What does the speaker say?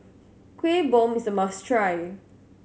Kueh Bom is a must try